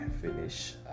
finish